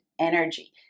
energy